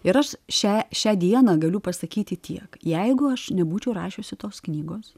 ir aš šią šią dieną galiu pasakyti tiek jeigu aš nebūčiau rašiusi tos knygos